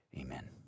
Amen